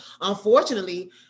unfortunately